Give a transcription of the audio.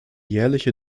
jährliche